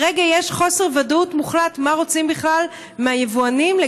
כרגע יש חוסר ודאות מוחלט מה בכלל רוצים מהיבואנים,